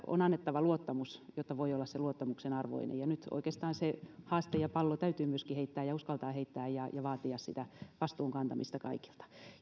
on annettava luottamus jotta voi olla sen luottamuksen arvoinen ja myöskin nyt se haaste ja pallo täytyy oikeastaan heittää ja uskaltaa heittää ja ja vaatia sitä vastuun kantamista kaikilta